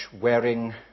wearing